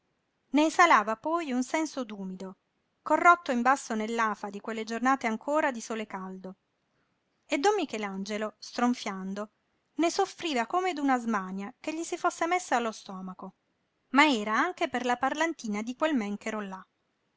esalava poi un senso d'umido corrotto in basso nell'afa di quelle giornate ancora di sole caldo e don michelangelo stronfiando ne soffriva come d'una smania che gli si fosse messa allo stomaco ma era anche per la parlantina di quel ménchero là